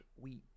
week